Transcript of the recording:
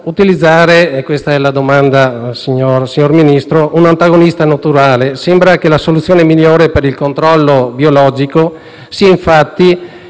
utilizzare per il contrasto un antagonista naturale. Sembra che la soluzione migliore per il controllo biologico sia infatti